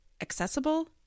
accessible